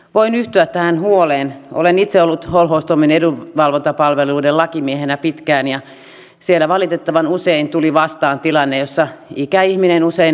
toinen tärkeä teema joka on noussut esiin liittyy työllistymiseen ja myös kunnan mahdollisuuksiin vaikuttaa oman kuntansa asukkaiden pitkäaikaistyöttömyyteen ja sen hoitoon